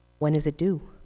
when is it due?